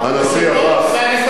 שר החוץ שלך,